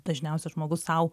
dažniausia žmogus sau